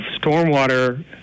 stormwater